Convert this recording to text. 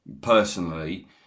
personally